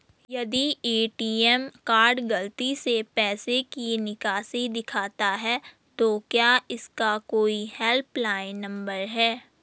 यदि ATM card गलती से पैसे की निकासी दिखाता है तो क्या इसका कोई हेल्प लाइन नम्बर है?